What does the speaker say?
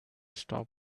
stopped